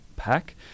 pack